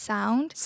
Sound